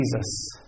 Jesus